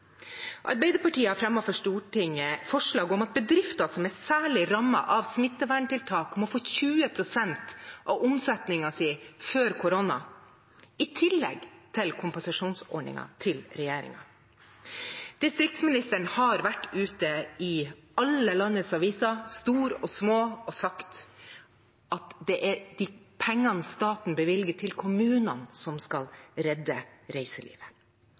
Arbeiderpartiet har fremmet forslag for Stortinget om at bedrifter som er særlig rammet av smitteverntiltak, må få 20 pst. av omsetningen sin før koronaen, i tillegg til kompensasjonsordningen til regjeringen. Distriktsministeren har vært ute i alle landets aviser, store og små, og sagt at det er de pengene staten bevilger til kommunene, som skal redde reiselivet.